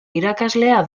irakaslea